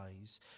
eyes